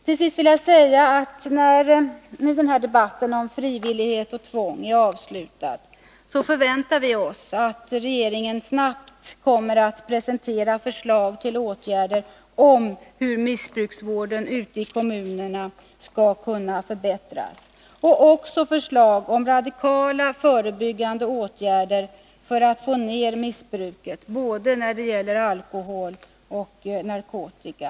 Till sist vill jag säga att när den här debatten om frivillighet och tvång är avslutad, förväntar vi oss att regeringen snabbt kommer att presentera förslag till åtgärder om hur missbruksvården ute i kommunerna skall kunna förbättras och också förslag om radikala förebyggande åtgärder för att få ner missbruket både när det gäller alkohol och när det gäller narkotika.